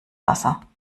wasser